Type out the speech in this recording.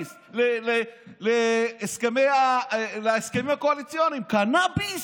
להסכמים הקואליציוניים קנביס.